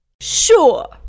Sure